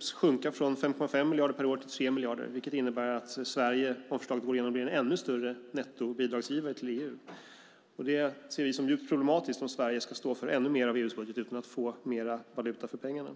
skulle vara från 5,5 miljarder per år till 3 miljarder, vilket innebär att Sverige om förslaget går igenom blir en ännu större nettobidragsgivare till EU. Vi ser det som djupt problematiskt om Sverige ska stå för ännu mer av EU:s budget utan att få mer valuta för pengarna.